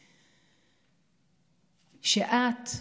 את,